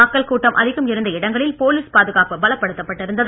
மக்கள் கூட்டம் அதிகம் இருந்த இடங்களில் போலீஸ் பாதுகாப்பு பலப்படுத்தப் பட்டிருந்தது